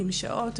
עם שעות,